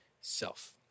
self